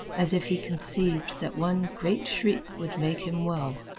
as if he conceived that one great shriek would make him well.